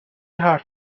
حرف